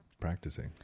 practicing